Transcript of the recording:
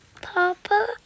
Papa